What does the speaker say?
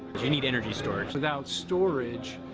you need energy storage. without storage,